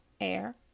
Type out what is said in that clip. air